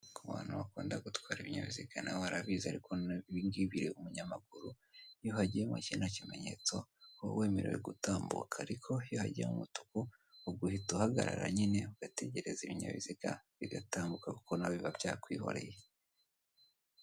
Abantu bakunda gutwara ibinyabiziga nabo barabizi ariko ibi ngibi bireba umunyamakuru , iyo hagiyemo kino kimenyetso uba wemerewe gutambuka ariko iyo hagiyemo umutuku ubwo uhita uhagarara nyine ugategereza ibinyabiziga bigatambuka kuko nawe biba byakwihoreye.